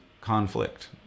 conflict